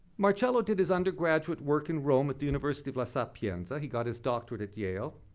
marcello did his undergraduate work in rome at the university of la sapienza, he got his doctorate at yale,